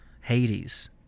Hades